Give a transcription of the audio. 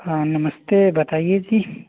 हाँ नमस्ते बताइए जी